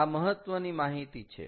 આ મહત્વની માહિતી છે